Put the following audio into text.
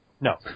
No